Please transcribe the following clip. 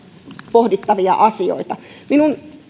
pohdittavia asioita minun